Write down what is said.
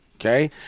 Okay